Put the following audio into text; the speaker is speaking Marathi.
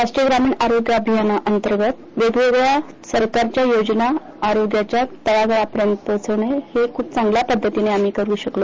राष्ट्रीय ग्रामीण आरोग्य अभियाना अंतर्गत वेगवेगळ्या सरकारच्या योजना आरोग्यांच्या तळागाळापर्यंत पोहोचवणे हे खूप चांगल्या पद्धतीन आम्ही करू शकतो